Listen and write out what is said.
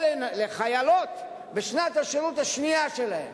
או לחיילות בשנת השירות השנייה שלהן,